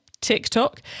TikTok